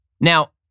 Now